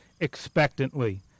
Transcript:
expectantly